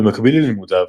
במקביל ללימודיו,